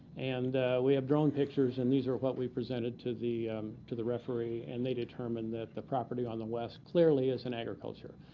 and we had um drone pictures, and these are what we presented to the to the referee. and they determined that the property on the west clearly is in agriculture.